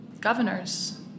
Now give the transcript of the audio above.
governors